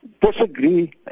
disagree